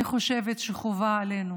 אני חושבת שחובה עלינו